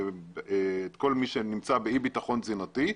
את כל מי שנמצא באי ביטחון תזונתי,